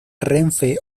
renfe